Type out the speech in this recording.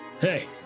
Hey